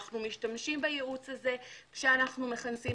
אנו משתמשים בייעוץ הזה כשאנו מכנסים